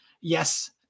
Yes